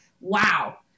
wow